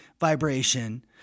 vibration